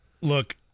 Look